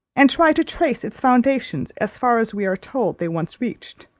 and try to trace its foundations as far as we are told they once reached.